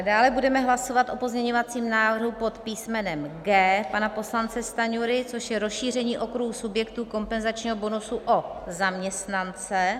Dále budeme hlasovat o pozměňovacím návrhu pod písmenem G pana poslance Stanjury, což je rozšíření okruhu subjektů kompenzačního bonusu o zaměstnance.